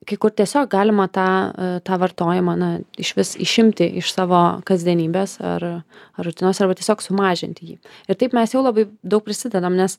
kai kur tiesiog galima tą tą vartojimą na išvis išimti iš savo kasdienybės ar rutinos arba tiesiog sumažint jį ir taip mes jau labai daug prisidedam nes